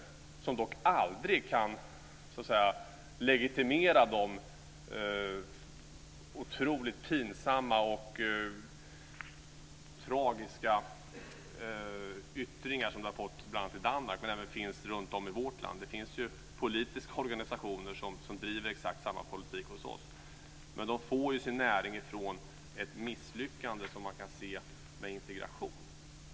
Det kan dock aldrig legitimera de otroligt pinsamma och tragiska yttringar som det har fått i Danmark, men som även finns runtom i vårt land. Det finns politiska organisationer som driver exakt samma poltik hos oss. Men de får sin näring från det misslyckande med integrationen som man kan se.